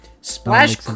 Splash